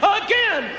again